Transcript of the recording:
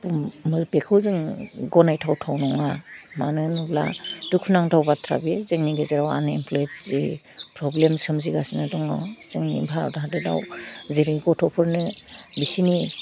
बुंनो बेखौ जों गनाइथावथाव नङा मानो होनोब्ला दुखु नांथाव बाथ्रा बे जोंनि गेजेराव आनइमफ्लइद जे फ्रब्लेम सोमजिगासिनो दङ जोंनि भारत हादोदआव जेरै गथ'फोरनो बिसिनि